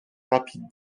rapide